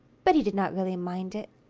but he did not really mind it.